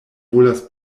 volas